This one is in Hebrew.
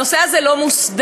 הנושא הזה לא מוסדר.